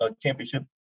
championship